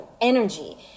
energy